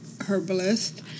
herbalist